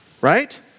right